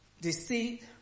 deceit